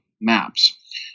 maps